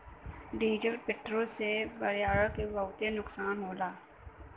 diesel petrol से पर्यावरण के बहुते नुकसान होला